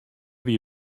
wie